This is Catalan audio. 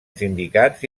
sindicats